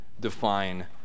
define